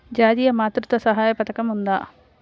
జాతీయ మాతృత్వ సహాయ పథకం ఉందా?